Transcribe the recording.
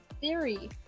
theory